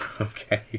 Okay